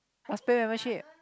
must pay membership